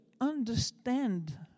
understand